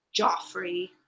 Joffrey